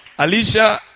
Alicia